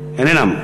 אינם.